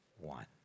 one